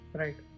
right